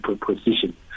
position